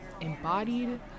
embodied